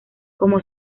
como